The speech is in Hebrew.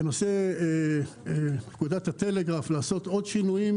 בנושא פקודת הטלגרף לעשות עוד שינויים